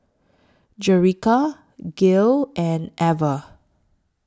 Jerica Gale and Ever